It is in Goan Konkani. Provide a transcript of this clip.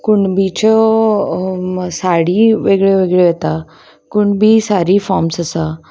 कुणबीच्यो साडी वेगळ्यो वेगळ्यो येता कुणबी सारी फॉम्स आसा